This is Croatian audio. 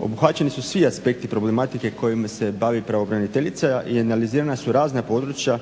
Obuhvaćeni su svi aspekti problematike kojima se bavi pravobraniteljica i analizirana su razna područja